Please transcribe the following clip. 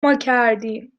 ماکردیم